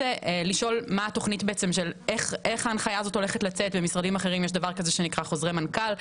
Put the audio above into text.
לשאול איך ההנחיה הזאת הולכת לצאת במשרדים אחרים יש חוזרי מנכ"ל.